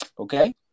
Okay